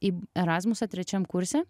į erasmusą trečiam kurse